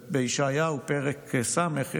בישעיהו פרק ס', בנבואה,